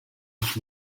with